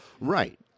Right